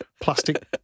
plastic